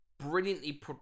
brilliantly